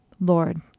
Lord